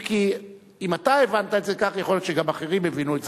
אם כי אם אתה הבנת את זה כך יכול להיות שגם אחרים הבינו את זה כך.